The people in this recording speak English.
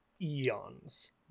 eons